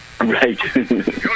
Right